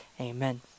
amen